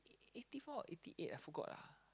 eight four or eighty eight I forgot ah